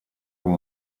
come